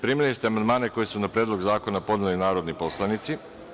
Primili ste amandmane koje su na Predlog zakona podneli narodni poslanici.